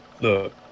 look